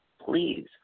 Please